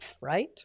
right